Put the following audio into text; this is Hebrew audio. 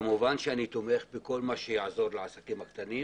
כמובן שאני תומך בכל מה שיעזור לעסקים הקטנים